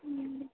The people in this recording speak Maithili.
हूँ